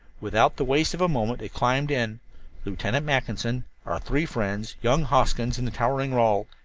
without the waste of a moment they climbed in lieutenant mackinson, our three friends, young hoskins and the towering rawle.